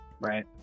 right